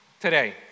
today